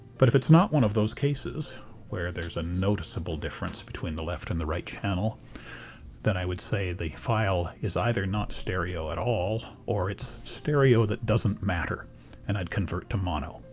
but if it's not one of those cases where there's a noticeable difference between the left and the right channel then i would say the file is either not stereo at all or it's stereo that doesn't matter and i'd convert to mono.